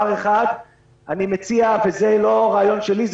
אני מציע וזה לא רעיון שלי,